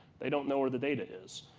they don't know where the data is,